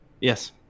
Yes